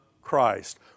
Christ